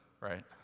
right